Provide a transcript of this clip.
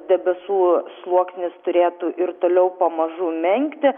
debesų sluoksnis turėtų ir toliau pamažu menkti